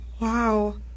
Wow